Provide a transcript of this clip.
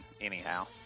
anyhow